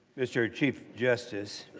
mr. chief justice.